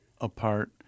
apart